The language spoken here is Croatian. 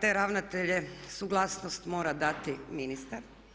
te ravnatelje suglasnost mora dati ministar.